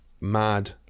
mad